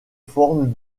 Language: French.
forme